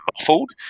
muffled